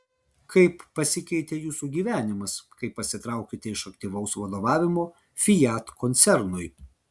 kaip pasikeitė jūsų gyvenimas kai pasitraukėte iš aktyvaus vadovavimo fiat koncernui